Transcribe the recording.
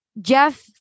Jeff